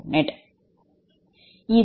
u